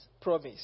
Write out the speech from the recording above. promise